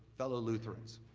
fellow lutherans.